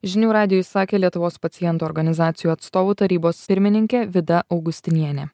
žinių radijui sakė lietuvos pacientų organizacijų atstovų tarybos pirmininkė vida augustinienė